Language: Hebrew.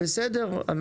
מי שפונה, גם